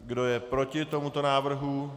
Kdo je proti tomuto návrhu?